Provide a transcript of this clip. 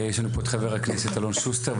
יש לנו את חבר הכנסת אלון שוסטר.